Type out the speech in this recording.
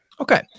Okay